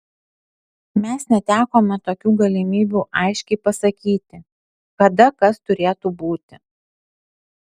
mes netekome tokių galimybių aiškiai pasakyti kada kas turėtų būti